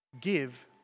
give